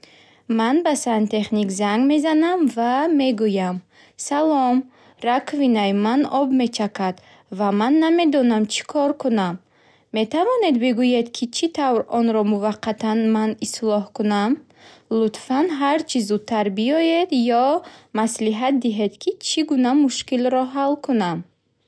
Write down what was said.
Ман ба сантехник занг мезанам ва мегӯям: “Салом, раковинаи ман об мечакад ва ман намедонам чӣ кор кунам.” Метавонед бигӯед, ки чӣ тавр онро муваққатан ман ислоҳ кунам? Лутфан ҳарчи зудтар биёед ё маслиҳат диҳед, ки чӣ гуна мушкилро ҳал кунам.